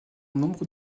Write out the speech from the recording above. nombre